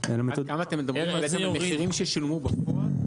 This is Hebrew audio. כאן אתם מדברים על מחירים ששילמו בפועל?